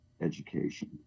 education